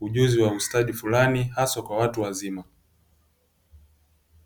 ujuzi wa ustadi fulani aswa kwa watu wazima.